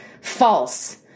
False